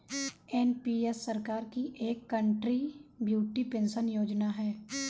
NPS सरकार की एक कंट्रीब्यूटरी पेंशन योजना है